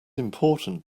important